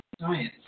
science